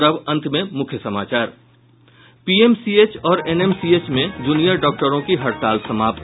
और अब अंत में मुख्य समाचार पीएमसीएच और एनएमसीएच में जूनियर डॉक्टरों की हड़ताल समाप्त